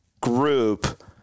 group